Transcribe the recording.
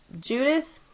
Judith